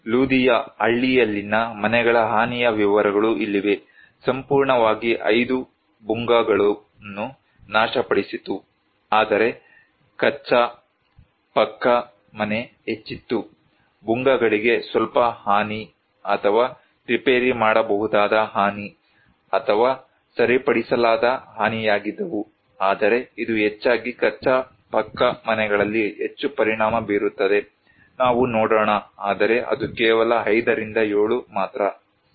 ಲುಡಿಯಾ ಹಳ್ಳಿಯಲ್ಲಿನ ಮನೆಗಳ ಹಾನಿಯ ವಿವರಗಳು ಇಲ್ಲಿವೆ ಸಂಪೂರ್ಣವಾಗಿ 5 ಭುಂಗಾಗಳನ್ನು ನಾಶಪಡಿಸಿತು ಆದರೆ ಕಚ್ಚಾ ಪಕ್ಕಾ ಮನೆ ಹೆಚ್ಚಿತ್ತು ಭುಂಗಾಗಳಿಗೆ ಸ್ವಲ್ಪ ಹಾನಿ ಅಥವಾ ರಿಪೇರಿ ಮಾಡಬಹುದಾದ ಹಾನಿ ಅಥವಾ ಸರಿಪಡಿಸಲಾಗದ ಹಾನಿಯಾಗಿದ್ದವು ಆದರೆ ಇದು ಹೆಚ್ಚಾಗಿ ಕಚ್ಚಾ ಪಕ್ಕಾ ಮನೆಗಳಲ್ಲಿ ಹೆಚ್ಚು ಪರಿಣಾಮ ಬೀರುತ್ತದೆ ನಾವು ನೋಡೋಣ ಆದರೆ ಅದು ಕೇವಲ 5 ರಿಂದ 7 ಮಾತ್ರ ಸರಿ